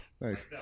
Thanks